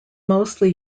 mostly